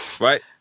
Right